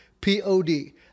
P-O-D